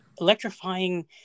electrifying